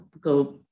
go